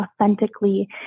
authentically